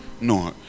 no